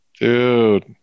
dude